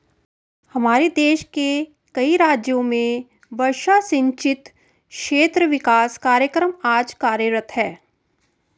हमारे देश के कई राज्यों में वर्षा सिंचित क्षेत्र विकास कार्यक्रम आज कार्यरत है